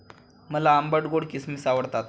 मला आंबट गोड किसमिस आवडतात